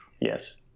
Yes